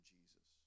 Jesus